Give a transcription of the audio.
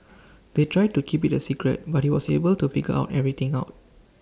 they tried to keep IT A secret but he was able to figure out everything out